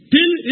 Till